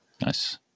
Nice